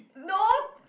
no